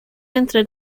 entrar